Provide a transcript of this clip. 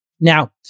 Now